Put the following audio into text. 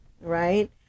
right